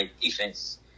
defense